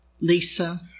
Lisa